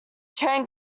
train